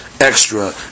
extra